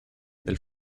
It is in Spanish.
del